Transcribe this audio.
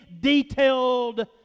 detailed